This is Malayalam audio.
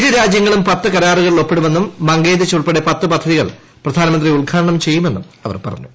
ഇരു രാജ്യങ്ങളും പത്ത് കരാറുകളിൽ ഒപ്പിടുമെന്നും മങ്കേദിച്ച് ഉൾപ്പെടെ പത്ത് പദ്ധതികൾ പ്രധാനമന്ത്രി ഉദ്ഘാടനം ചെയ്യുമെന്നും അവർ പറഞ്ഞു